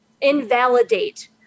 invalidate